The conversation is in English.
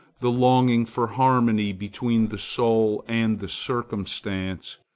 the longing for harmony between the soul and the circumstance,